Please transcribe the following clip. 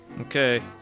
Okay